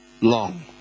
long